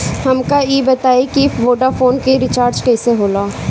हमका ई बताई कि वोडाफोन के रिचार्ज कईसे होला?